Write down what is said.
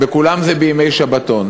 בכולן זה בימי שבתון.